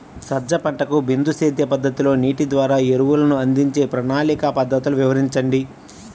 సజ్జ పంటకు బిందు సేద్య పద్ధతిలో నీటి ద్వారా ఎరువులను అందించే ప్రణాళిక పద్ధతులు వివరించండి?